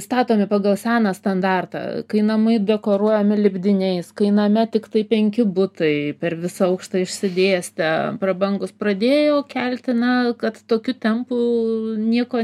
statomi pagal seną standartą kai namai dekoruojami lipdiniais kai name tiktai penki butai per visą aukštą išsidėstę prabangūs pradėjo kelti na kad tokiu tempu nieko